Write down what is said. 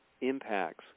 impacts